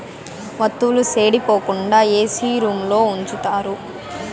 వత్తువుల సెడిపోకుండా ఏసీ రూంలో ఉంచుతారు